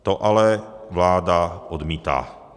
To ale vláda odmítá.